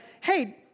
hey